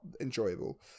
enjoyable